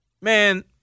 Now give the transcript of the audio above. Man